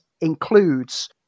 includes